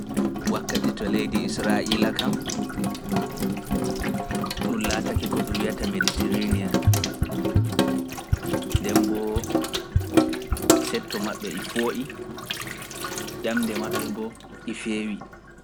Wakkati to leydi Israa'iila kam ɗum laatake ko ɗum wiiyata Mediteriniyan nden mbo setto mabɓe e fooyi ƴamde mabɓe mbo e fewi.